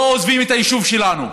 לא עוזבים את היישוב שלנו.